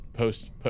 post